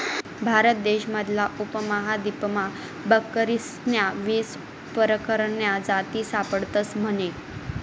भारत देश मधला उपमहादीपमा बकरीस्न्या वीस परकारन्या जाती सापडतस म्हने